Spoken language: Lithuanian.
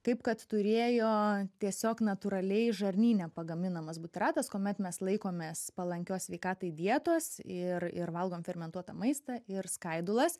kaip kad turėjo tiesiog natūraliai žarnyne pagaminamas butiratas kuomet mes laikomės palankios sveikatai dietos ir ir valgom fermentuotą maistą ir skaidulas